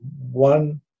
one